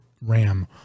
RAM